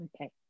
okay